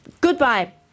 goodbye